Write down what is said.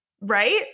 right